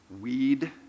weed